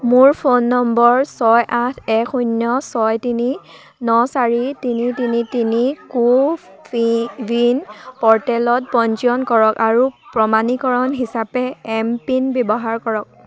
মোৰ ফোন নম্বৰ ছয় আঠ এক শূন্য ছয় তিনি ন চাৰি তিনি তিনি তিনি কো ৱিন প'ৰ্টেলত পঞ্জীয়ন কৰক আৰু প্ৰমাণীকৰণ হিচাপে এমপিন ব্যৱহাৰ কৰক